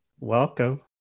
welcome